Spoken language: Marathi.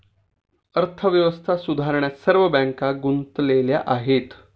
अर्थव्यवस्था सुधारण्यात सर्व बँका गुंतलेल्या आहेत